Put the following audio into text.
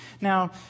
Now